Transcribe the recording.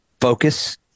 focus